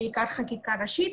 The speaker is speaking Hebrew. בעיקר חקיקה ראשית,